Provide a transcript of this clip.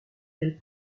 elle